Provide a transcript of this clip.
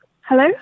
Hello